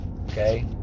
Okay